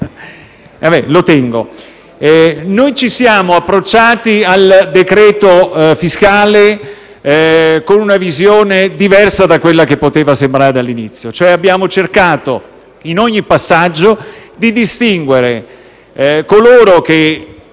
Presidente, noi ci siamo approcciati al decreto-legge fiscale con una visione diversa da quella che poteva sembrare all'inizio, cioè abbiamo cercato, in ogni passaggio, di distinguere coloro che